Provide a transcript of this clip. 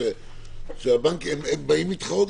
שזה משהו שחשוב לנו לוודא.